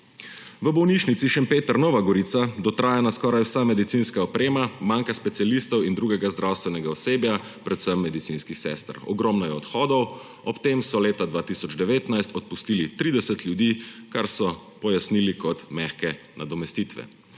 V bolnišnici Šempeter Nova Gorica – dotrajana skoraj vsa medicinska oprema, manjka specialistov in drugega zdravstvenega osebja, predvsem medicinskih sester, ogromno je odhodov, ob tem so leta 2019 odpustili 30 ljudi, kar so pojasnili kot mehke nadomestitve.